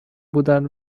بودن